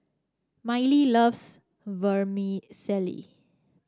Mylie loves Vermicelli